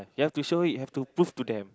you have to show it you have to prove to them